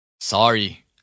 Sorry